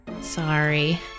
Sorry